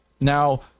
now